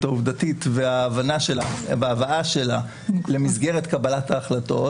העובדתית בהבאה שלה למסגרת קבלת החלטות,